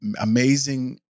amazing